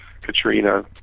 Katrina